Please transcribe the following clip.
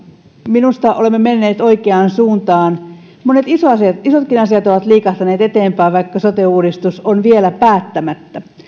minusta olemme menneet oikeaan suuntaan monet isotkin asiat ovat liikahtaneet eteenpäin vaikka sote uudistus on vielä päättämättä